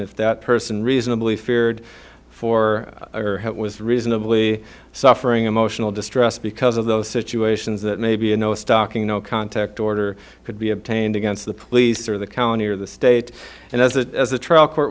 if that person reasonably feared for what was reasonably suffering emotional distress because of those situations that may be in a stocking no contact order could be obtained against the police or the county or the state and as that as the trial court